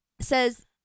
says